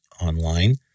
online